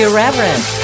Irreverent